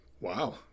Wow